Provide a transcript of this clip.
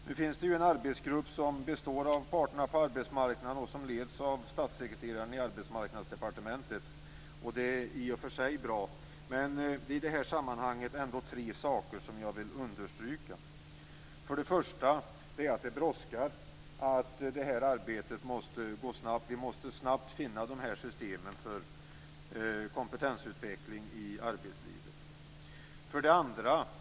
Nu finns det ju en arbetsgrupp som består av parterna på arbetsmarknaden och som leds av statssekreteraren på Arbetsmarknadsdepartementet. Det är i och för sig bra. Det är dock tre saker som jag i det här sammanhanget vill understryka. 1. Det brådskar. Arbetet måste gå snabbt. Vi måste snart finna systemen för kompetensutveckling i arbetslivet. 2.